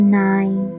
nine